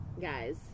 guys